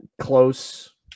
close